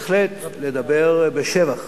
בהחלט לדבר בשבח